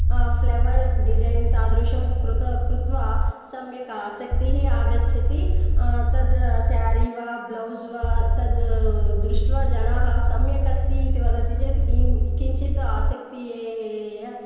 flavour design तादृशं कृत कृत्वा सम्यक् आसक्तिः आगच्छति तत् सारी वा ब्लौस् वा तत् दृष्ट्वा जनाः सम्यक् अस्ति इति वदति चेत् किञ्चित् आसक्ति एय